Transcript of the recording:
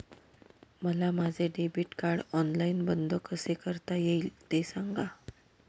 मला माझे debit card online बंद कसे करता येईल, ते सांगा